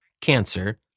Cancer